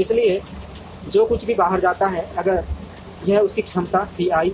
इसलिए जो कुछ भी बाहर जाता है अगर यह उसकी क्षमता C i